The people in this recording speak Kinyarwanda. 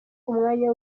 umwanya